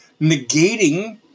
negating